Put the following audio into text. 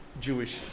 Jewish